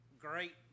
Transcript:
great